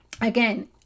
again